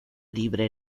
libre